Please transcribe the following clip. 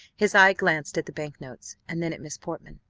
his eye glanced at the bank-notes, and then at miss portman.